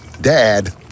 Dad